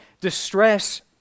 distress